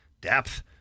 depth